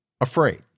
afraid